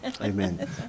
amen